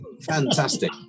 Fantastic